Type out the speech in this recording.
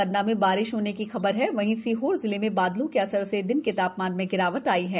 पन्ना में बारिश होने की खबर है और सीहोर जिले में बादलों के असर से दिन के तापमान में गिरावट आई है